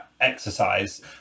exercise